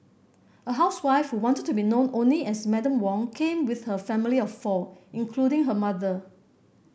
a housewife who wanted to be known only as Madam Wong came with her family of four including her mother